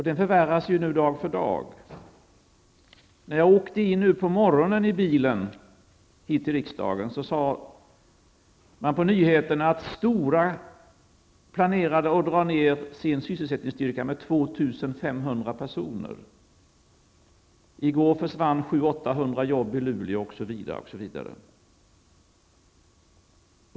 Den förvärras nu dag för dag. När jag åkte in till riksdagen med bil i morse sade man på nyheterna att Stora planerade att dra ned sin sysselsättningsstyrka med 2 500 personer. I går försvann 700--800 jobb i Luleå osv.